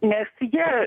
nes jie